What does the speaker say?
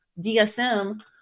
DSM